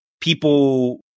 people